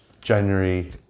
January